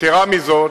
יתירה מזאת,